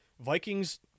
Vikings